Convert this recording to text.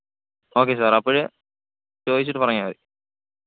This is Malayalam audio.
ഓക്കേ സാർ അപ്പോൾ ചോദിച്ചിട്ടു പറഞ്ഞാൽ മതി